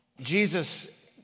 Jesus